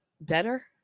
better